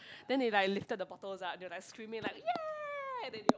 then they like lifted the bottles up they were like screaming like ya